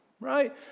right